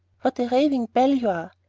what a raving belle you are!